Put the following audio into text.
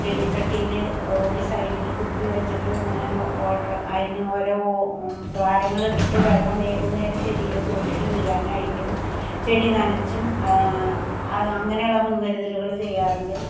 ചെടി ചട്ടിയിൽ ഒരു സൈഡിൽ കുപ്പി വച്ചിട്ട് ഇങ്ങനെ ഓർഡറ് അതിന് ഓരോ ദ്വാരങ്ങൾ ഇട്ടിട്ട് വെള്ളം ഏത് നേരം ചെടിയുടെ ചുവട്ടിൽ വീഴാനായിട്ടും ചെടി നനച്ചും അങ്ങനെ ഉള്ള മുൻകരുതലുകൾ ചെയ്യാറുണ്ട്